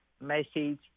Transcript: message